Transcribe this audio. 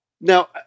Now